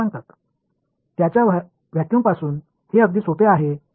Dமற்றும் E B மற்றும் H ஆகியவற்றுக்கு இடையேயான உறவைச் சொல்லும் இரண்டு கூடுதல் உறவுகள் உள்ளன